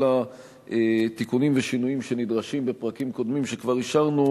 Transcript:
אלא תיקונים ושינויים שנדרשים בפרקים קודמים שכבר אישרנו,